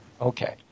Okay